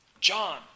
John